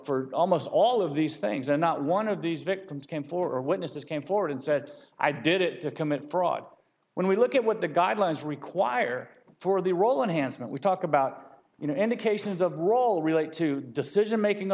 almost all of these things and not one of these victims came for witnesses came forward and said i did it commit fraud when we look at what the guidelines require for the role and handsome and we talk about you know indications of role relate to decision